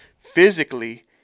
physically